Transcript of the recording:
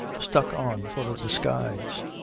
stuck on for a disguise.